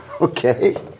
Okay